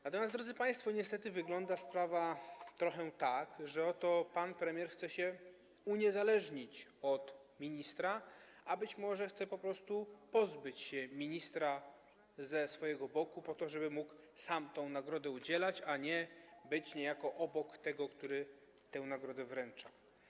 Natomiast, drodzy państwo, niestety sprawa wygląda trochę tak, że oto pan premier chce się uniezależnić od ministra, a być może chce po prostu pozbyć się ministra u swojego boku po to, żeby mógł sam tę nagrodę przyznawać, a nie być niejako obok tego, który tę nagrodę wręcza.